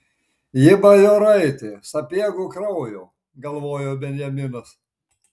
ji bajoraitė sapiegų kraujo galvojo benjaminas